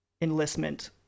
enlistment